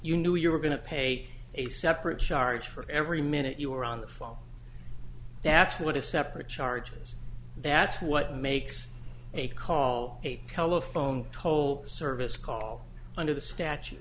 you knew you were going to pay a separate charge for every minute you were on the phone that's what a separate charges that's what makes a call a kilo phone toll service call under the statu